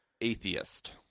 atheist